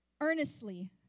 Earnestly